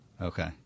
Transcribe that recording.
Okay